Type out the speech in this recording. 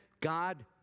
God